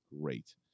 great